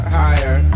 higher